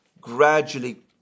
gradually